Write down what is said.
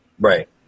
Right